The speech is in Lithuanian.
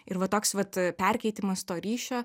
ir va toks vat perkeitimas to ryšio